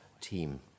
team